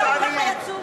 סתם ככה יצאו?